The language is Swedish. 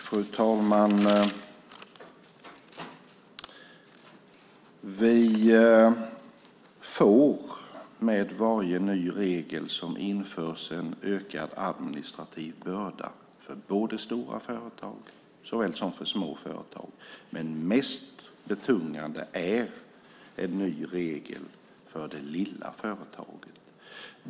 Fru talman! Vi får med varje ny regel som införs en ökad administrativ börda för såväl stora som för små företag. Men mest betungande är en ny regel för det lilla företaget.